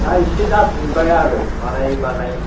दा एसे जाफिनबाय आरो बानायै बानायै